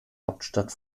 hauptstadt